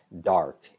dark